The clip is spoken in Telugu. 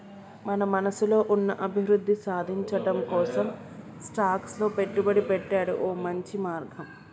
మన మనసులో ఉన్న అభివృద్ధి సాధించటం కోసం స్టాక్స్ లో పెట్టుబడి పెట్టాడు ఓ మంచి మార్గం